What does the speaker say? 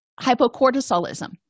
hypocortisolism